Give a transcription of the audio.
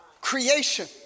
creation